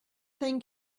thing